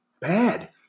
Bad